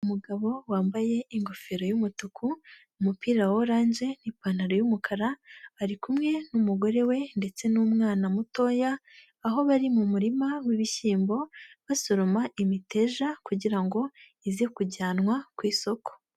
Umugabo wambaye ingofero y'umutuku, umupira wa oranje n'ipantaro y'umukara, ari kumwe n'umugore we ndetse n'umwana mutoya, aho bari mu murima w'ibishyimbo, basoroma imiteja kugira ngo ize kujyanwa ku isoko.